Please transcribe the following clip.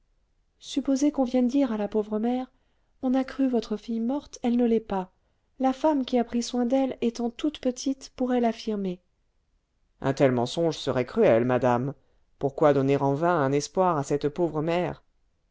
supposez qu'on vienne dire à la pauvre mère on a cru votre fille morte elle ne l'est pas la femme qui a pris soin d'elle étant toute petite pourrait l'affirmer un tel mensonge serait cruel madame pourquoi donner en vain un espoir à cette pauvre mère